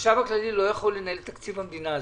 שהחשב הכללי לא יכול לנהל את תקציב המדינה.